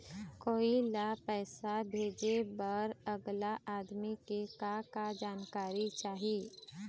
कोई ला पैसा भेजे बर अगला आदमी के का का जानकारी चाही?